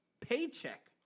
paycheck